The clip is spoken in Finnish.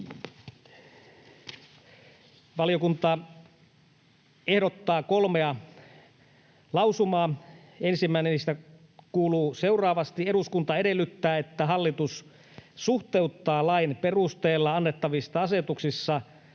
Valiokunta ehdottaa kolmea lausumaa. Ensimmäinen niistä kuuluu seuraavasti: ”Eduskunta edellyttää, että hallitus suhteuttaa lain perusteella annettavissa asetuksissa